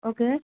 okay